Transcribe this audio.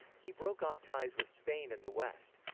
he broke off ties with spain and the west.